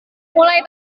mulai